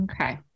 Okay